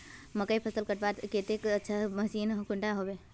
मकईर फसल कटवार केते सबसे अच्छा मशीन कुंडा होबे?